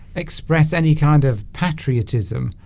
express any kind of patriotism